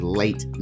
late